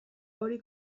hori